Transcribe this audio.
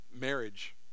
marriage